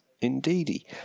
Indeedy